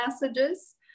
messages